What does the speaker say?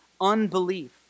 unbelief